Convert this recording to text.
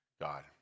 God